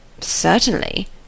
Certainly